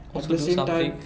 also do something